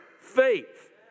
faith